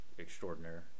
Extraordinary